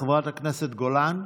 חברת הכנסת גולן,